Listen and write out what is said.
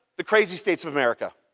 the crazy states of america.